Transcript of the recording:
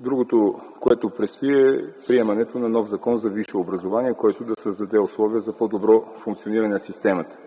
Другото, което предстои, е приемането на нов Закон за висше образование, който да създаде условия за по-добро функциониране на системата.